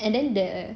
and then the